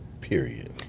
Period